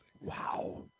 Wow